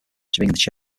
church